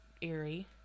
eerie